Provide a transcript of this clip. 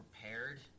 prepared